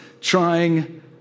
trying